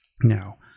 Now